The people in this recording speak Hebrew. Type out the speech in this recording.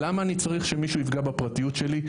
למה אני צריך שמישהו יפגע בפרטיות שלי?